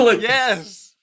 yes